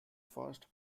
first